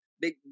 Big